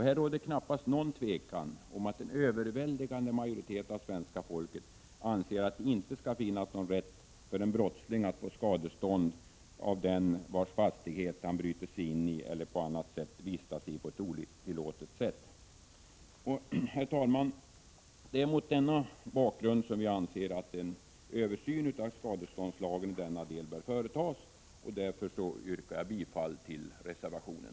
Här råder knappast något tvivel om att en överväldigande majoritet av svenska folket anser att det inte skall finnas någon rätt för en brottsling att få skadestånd av den vars fastighet han bryter sig in i eller på annat sätt vistas i på ett otillåtet sätt. Herr talman! Mot denna bakgrund anser vi att en översyn i denna del av skadeståndslagen bör företas. Jag yrkar därför bifall till reservationen.